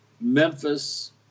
Memphis